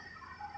跟你问